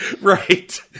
Right